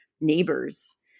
neighbors